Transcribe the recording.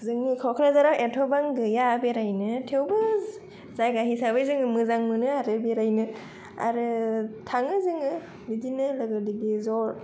जोंनि क'क्राझारा एथ'बां गैया बेरायनो थेउबो जायगा हिसाबै जोङो मोजां मोनो आरो बेरायनो आरो थाङो जोङो बिदिनो लोगो दिगि ज'